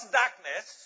darkness